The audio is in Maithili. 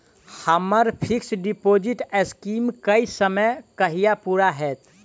हम्मर फिक्स डिपोजिट स्कीम केँ समय कहिया पूरा हैत?